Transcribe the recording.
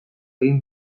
egin